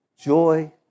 joy